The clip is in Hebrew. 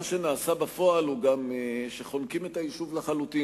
מה שנעשה בפועל הוא גם שחונקים את היישוב לחלוטין,